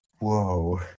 Whoa